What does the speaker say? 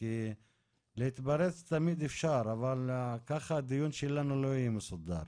כי להתפרץ תמיד אפשר אבל ככה הדיון שלנו לא יהיה מסודר.